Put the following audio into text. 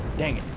dang it.